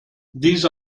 these